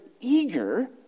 eager